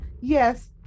yes